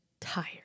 tired